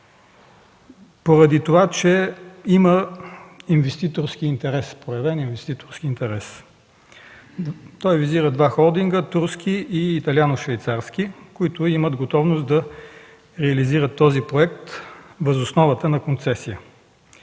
поради това, че има проявен инвеститорски интерес. Той визира два холдинга – турски и италиано-швейцарски, които имат готовност да реализират този проект, въз основата на концесия